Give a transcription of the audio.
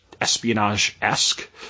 espionage-esque